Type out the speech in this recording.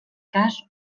cas